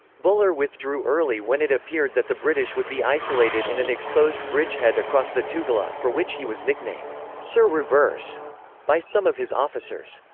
buller withdrew early when it appeared that the british would be isolated in an exposed bridgehead across the tugela, for which he was nicknamed sir reverse by some of his officers.